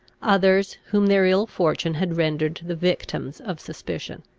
others whom their ill fortune had rendered the victims of suspicion.